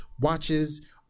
watches